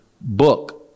book